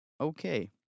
Okay